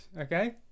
okay